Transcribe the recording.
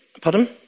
Pardon